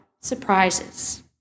surprises